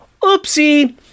oopsie